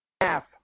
half